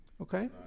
Okay